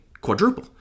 quadruple